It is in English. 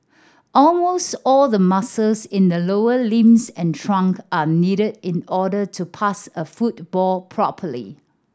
almost all the muscles in the lower limbs and trunk are needed in order to pass a football properly